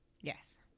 Yes